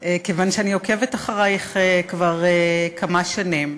כיוון שאני עוקבת אחרייך כבר כמה שנים,